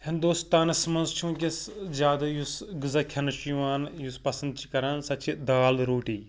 ہِندوستانَس منٛز چھُ وٕنکیٚس زیادٕ یُس غزا کھٮ۪نہٕ چھُ یِوان یُس پَسنٛد چھِ کَران سۄ چھِ دال روٹی